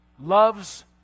loves